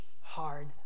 hard